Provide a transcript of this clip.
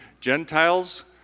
Gentiles